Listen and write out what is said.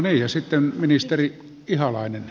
ja sitten ministeri ihalainen